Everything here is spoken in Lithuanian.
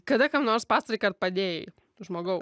kada kam nors pastarąjįkart padėjai žmogau